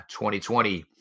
2020